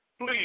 please